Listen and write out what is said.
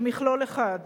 כמכלול אחד,